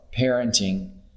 Parenting